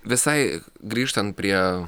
visai grįžtant prie